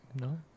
No